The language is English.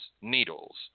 needles